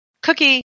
Cookie